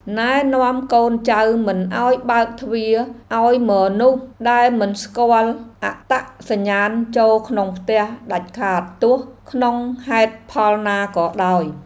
ណែនាំកូនចៅមិនឱ្យបើកទ្វារឱ្យមនុស្សដែលមិនស្គាល់អត្តសញ្ញាណចូលក្នុងផ្ទះដាច់ខាតទោះក្នុងហេតុផលណាក៏ដោយ។